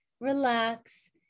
relax